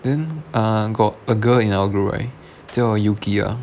then uh got a girl in our group right 叫 yuki ah